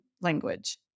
language